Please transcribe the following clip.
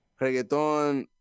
reggaeton